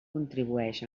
contribueix